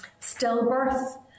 stillbirth